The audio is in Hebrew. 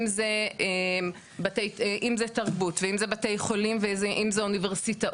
אם זה תרבות ואם זה בתי חולים ואם זה אוניברסיטאות,